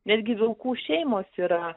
netgi vilkų šeimos yra